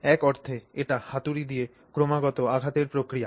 এক অর্থে এটি হাতুড়ি দিয়ে ক্রমাগত আঘাতের প্রক্রিয়া